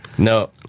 No